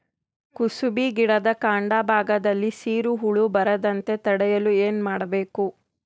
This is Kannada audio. ಕುಸುಬಿ ಗಿಡದ ಕಾಂಡ ಭಾಗದಲ್ಲಿ ಸೀರು ಹುಳು ಬರದಂತೆ ತಡೆಯಲು ಏನ್ ಮಾಡಬೇಕು?